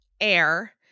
air